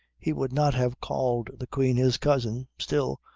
he would not have called the queen his cousin, still,